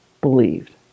believed